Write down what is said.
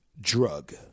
drug